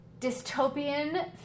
dystopian